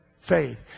faith